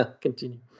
continue